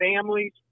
families